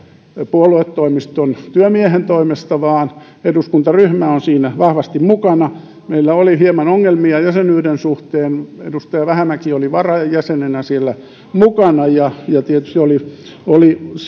puoluetoimiston työmiehen toimesta vaan eduskuntaryhmä on siinä vahvasti mukana meillä oli hieman ongelmia jäsenyyden suhteen edustaja vähämäki oli varajäsenenä siellä mukana ja tietysti oli oli